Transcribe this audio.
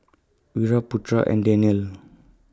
Wira Putra and Danial